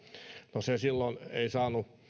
no se ei silloin saanut